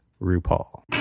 rupaul